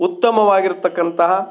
ಉತ್ತಮವಾಗಿರತಕ್ಕಂತಹ